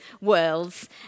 worlds